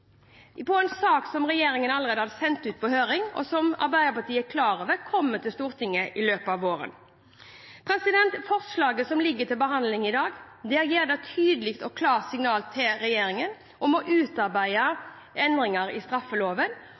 en sak regjeringen allerede hadde sendt ut på høring, og som Arbeiderpartiet er klar over kommer til Stortinget i løpet av våren. Forslaget som ligger til behandling i dag, gir et tydelig og klart signal til regjeringen om å utarbeide endringer i straffeloven